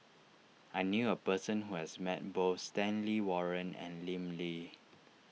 I knew a person who has met both Stanley Warren and Lim Lee